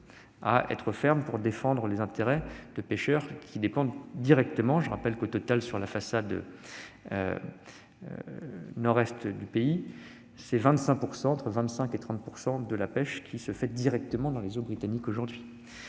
plus fermes dans la défense des intérêts de pêcheurs qui en dépendent directement. Je rappelle que, au total, sur la façade nord-est du pays, ce sont entre 25 % et 30 % de la pêche qui s'effectuent directement dans les eaux britanniques aujourd'hui.